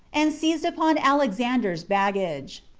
and seized upon alexander's baggage.